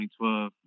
2012